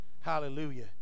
Hallelujah